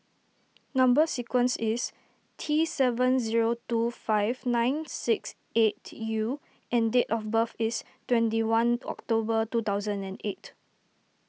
Number Sequence is T seven zero two five nine six eight U and date of birth is twenty one October two thousand and eight